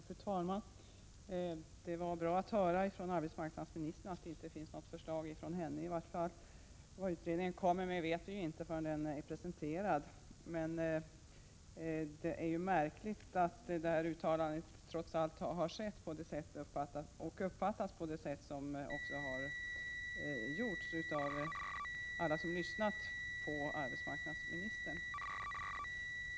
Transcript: Fru talman! Det var bra att höra från arbetsmarknadsministern att hon i varje fall inte har något förslag. Vad utredningen kommer med vet vi ju inte innan den är presenterad. Det är trots allt märkligt att detta uttalande, av alla som har hört på arbetsmarknadsministern, har uppfattats på det här sättet.